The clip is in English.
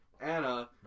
anna